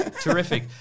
terrific